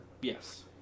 Yes